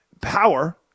power